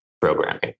programming